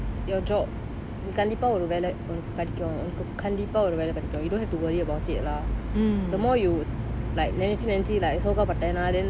your job கண்டிப்பா ஒரு வெல்ல உன்னக்கு கிடைக்கும் உன்னக்கு கண்டிப்பா ஒரு வெல்ல கிடைக்கும்:kandipa oru vella unnaku kedaikum unnaku kandipa oru vella kedaikum you don't have to worry about it lah the more you like நெனைச்சி நெனைச்சி சோகப்பட்டன:nenaichi nenaichi sogapattana then